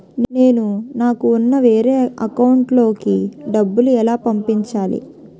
నేను నాకు ఉన్న వేరే అకౌంట్ లో కి డబ్బులు ఎలా పంపించాలి?